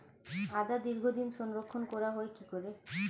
আদা দীর্ঘদিন সংরক্ষণ করা হয় কি করে?